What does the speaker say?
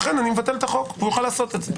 לכן אני מבטל את החוק, ויוכל לעשות את זה.